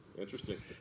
Interesting